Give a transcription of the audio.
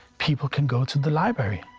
people can go to the library.